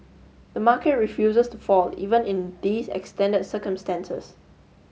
the market refuses to fall even in these extended circumstances